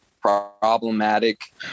problematic